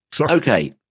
Okay